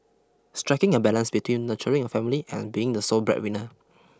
striking a balance between nurturing a family and being the sole breadwinner